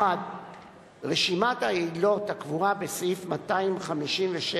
1. רשימת העילות הקבועה בסעיף 257